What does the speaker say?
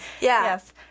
Yes